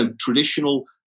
traditional